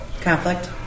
Conflict